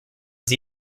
sie